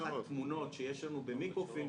לקחת תמונות שיש לנו במיקרופילם